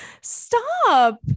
stop